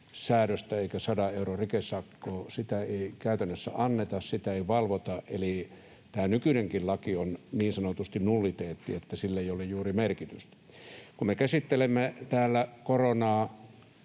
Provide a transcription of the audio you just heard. valvota eikä 100 euron rikesakkoa käytännössä anneta. Eli tämä nykyinenkin laki on niin sanotusti nulliteetti, sillä ei ole juuri merkitystä. Kun me käsittelemme täällä koronaa,